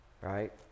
Right